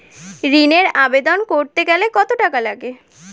ঋণের আবেদন করতে গেলে কত টাকা লাগে?